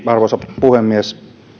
arvoisa puhemies